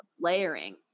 layering